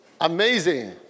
Amazing